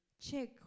Check